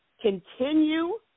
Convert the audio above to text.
continue